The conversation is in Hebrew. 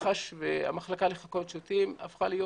מח"ש הפכה להיות